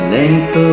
length